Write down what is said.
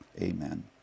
amen